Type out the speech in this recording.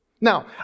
Now